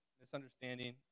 misunderstanding